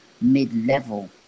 mid-level